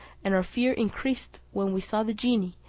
and our fear increased when we saw the genie,